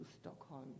Stockholm